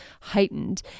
heightened